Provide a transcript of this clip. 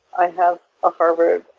i have a harvard